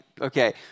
okay